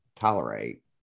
tolerate